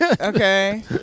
Okay